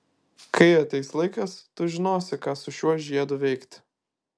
kai ateis laikas tu žinosi ką su šiuo žiedu veikti